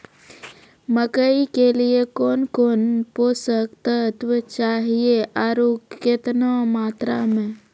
मकई के लिए कौन कौन पोसक तत्व चाहिए आरु केतना मात्रा मे?